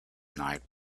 night